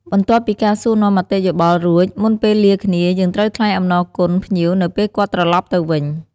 បន្ទាប់ពីការសួរនាំមតិយោបល់រួចមុនពេលលាគ្នាយើងត្រូវថ្លែងអំណរគុណភ្ញៀវនៅពេលគាត់ត្រឡប់ទៅវិញ។